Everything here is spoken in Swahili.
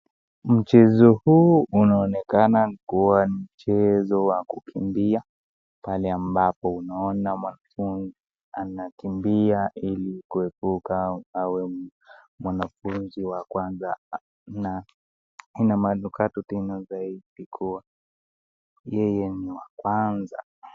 Mchezo huu unaonekana kuwa ni mchezo wa kukimbia pale ambapo unaona mwanafunzi anakimbia ili kuebuka awe mwanafunzi wa kwanza na inamanukato tena kuwa yeye ni wa kwanza.